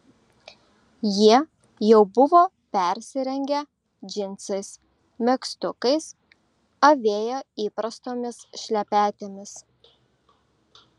jie jau buvo persirengę džinsais megztukais avėjo įprastomis šlepetėmis